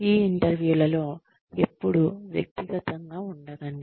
ఈ ఇంటర్వ్యూలలో ఎప్పుడూ వ్యక్తిగతంగా ఉండకండి